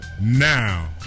now